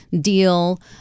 deal